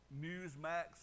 Newsmax